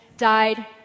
died